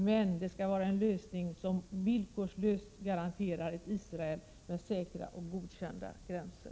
Men det skall vara en lösning som villkorslöst garanterar ett Israel med säkra och godkända gränser.